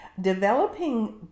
Developing